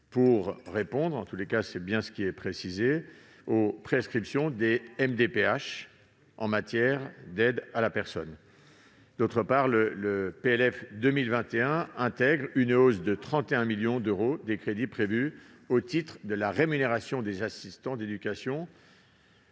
pour l'année scolaire 2021-2022 afin de répondre aux prescriptions des MDPH en matière d'aide à la personne. D'autre part, le PLF pour 2021 intègre une hausse de 31 millions d'euros des crédits prévus au titre de la rémunération des assistants d'éducation.